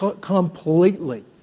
completely